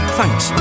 Thanks